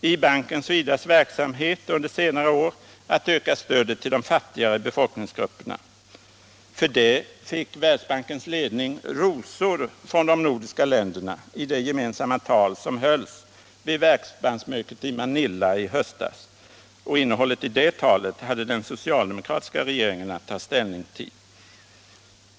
i bankens och IDA:s verksamhet under senare år varit att öka stödet till de fattigaste befolkningsgrupperna. För det fick Världsbankens ledning rosor från de nordiska länderna i det gemensamma tal som hölls vid Världsbankens möte i Manila i höstas. Innehållet i det talet hade den socialdemokratiska regeringen att ta ställning till.